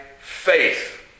faith